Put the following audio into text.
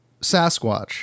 Sasquatch